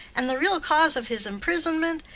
and the real cause of his imprisonment,